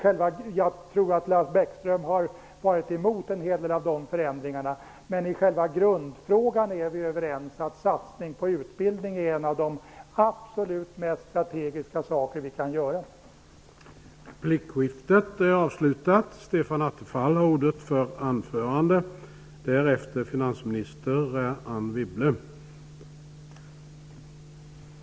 Jag tror att Lars Bäckström har varit emot en hel del av de förändringarna, men i själva grundfrågan är vi ändå överens, nämligen att något av det absolut mest strategiska som vi kan göra är att satsa på utbildningen.